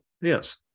Yes